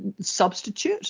substitute